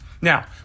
Now